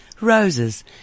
Roses